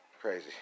crazy